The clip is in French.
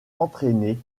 entraîné